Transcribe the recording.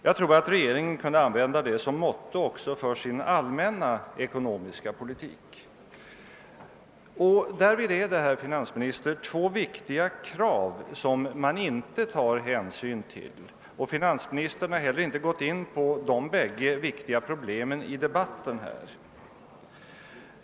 Jag tror att regeringen kunde använda det som ett motto också för sin ekonomiska politik. Därför är det, herr finansminister, två viktiga krav som man inte tar hänsyn till. Finansministern har inte heller gått in på de bägge viktiga problemen i debatten här.